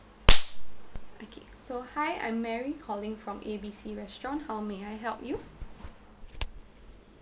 okay so hi I'm mary calling from A B C restaurant how may I help you